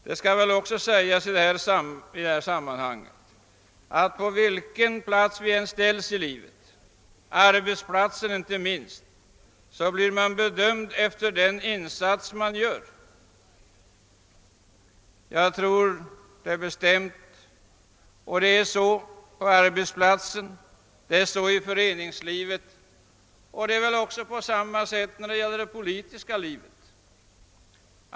Det skall också i sammanhanget sägas, att var man än ställes i livet, inte minst på arbetsplatsen, blir man bedömd efter den insats man gör. Så är det på arbetsplatsen men även i föreningslivet och förmodligen också i det politiska livet.